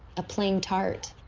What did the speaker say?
a plain tart.